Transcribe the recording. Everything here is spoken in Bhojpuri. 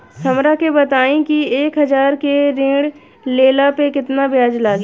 हमरा के बताई कि एक हज़ार के ऋण ले ला पे केतना ब्याज लागी?